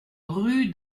rue